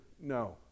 No